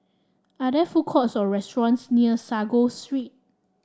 are there food courts or restaurants near Sago Street